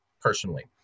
personally